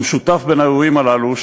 המשותף בין האירועים הללו,